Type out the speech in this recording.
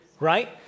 Right